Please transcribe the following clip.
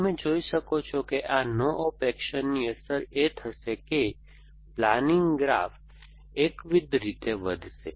તમે જોઈ શકો છો કે આ નો ઓપ એક્શનની અસર એ થશે કે પ્લાનિંગ ગ્રાફ એકવિધ રીતે વધશે